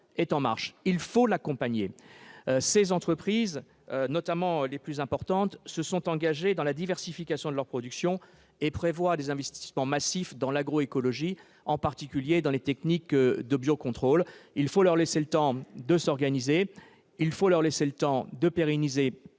secteur. Il faut l'accompagner. Ces entreprises, notamment les plus importantes, se sont engagées dans la diversification de leurs productions et prévoient des investissements massifs dans l'agro-écologie, en particulier dans les techniques de biocontrôle. Nous devons leur laisser le temps de s'organiser en transformant les emplois pour les pérenniser.